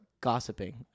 gossiping